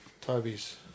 Toby's